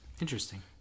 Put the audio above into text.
Interesting